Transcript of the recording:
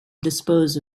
dispose